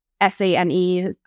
S-A-N-E